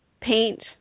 paint